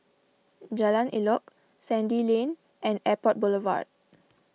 Jalan Elok Sandy Lane and Airport Boulevard